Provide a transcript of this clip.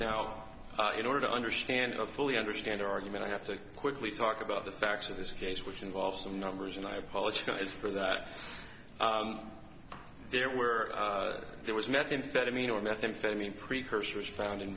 now in order to understand a fully understand argument i have to quickly talk about the facts of this case which involved some numbers and i apologize for that there were there was methamphetamine or methamphetamine precursors found in